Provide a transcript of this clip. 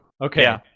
Okay